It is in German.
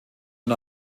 und